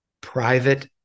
private